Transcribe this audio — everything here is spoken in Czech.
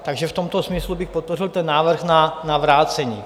Takže v tomto smyslu bych podpořil návrh na navrácení.